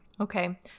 Okay